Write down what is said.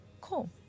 cool